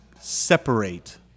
separate